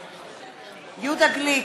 בעד יהודה גליק,